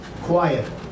Quiet